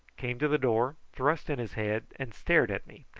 came to the door, thrust in his head and stared at me,